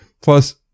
Plus